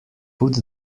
put